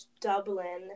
Dublin